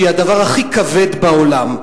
שהיא הדבר הכי כבד בעולם.